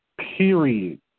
period